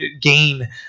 gain